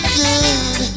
good